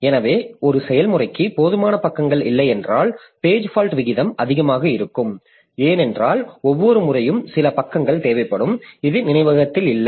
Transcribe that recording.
எனவே ஒரு செயல்முறைக்கு போதுமான பக்கங்கள் இல்லையென்றால் பேஜ் ஃபால்ட் விகிதம் அதிகமாக இருக்கும் ஏனென்றால் ஒவ்வொரு முறையும் சில பக்கங்கள் தேவைப்படும் இது நினைவகத்தில் இல்லை